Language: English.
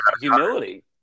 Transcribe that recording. humility